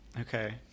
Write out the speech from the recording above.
Okay